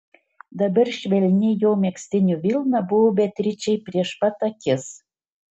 dabar švelni jo megztinio vilna buvo beatričei prieš pat akis